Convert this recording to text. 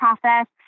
process